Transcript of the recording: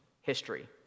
history